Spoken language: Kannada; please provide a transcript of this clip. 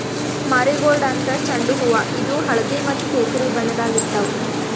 ಮಾರಿಗೋಲ್ಡ್ ಅಂದ್ರ ಚೆಂಡು ಹೂವಾ ಇದು ಹಳ್ದಿ ಮತ್ತ್ ಕೆಸರಿ ಬಣ್ಣದಾಗ್ ಇರ್ತವ್